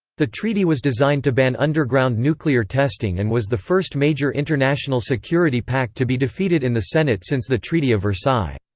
the treaty was designed to ban underground nuclear testing and was the first major international security pact to be defeated in the senate since the treaty of versailles.